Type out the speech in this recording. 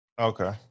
Okay